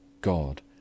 God